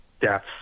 deaths